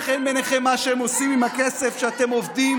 אתם עובדים?